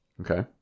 Okay